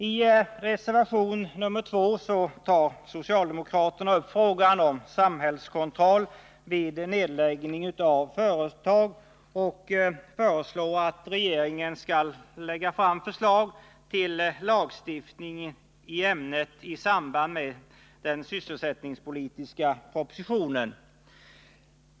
I reservation 2 tar socialdemokraterna upp frågan om samhällskontroll vid nedläggning av företag och föreslår att regeringen skall lägga fram förslag till lagstiftning i ämnet i samband med den sysselsättningspolitiska propositionen.